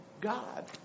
God